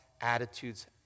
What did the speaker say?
attitudes